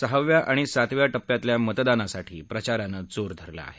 सहाव्या आणि सातव्या टप्प्यातल्या मतदानासाठी प्रचारानं जोर धरला आहे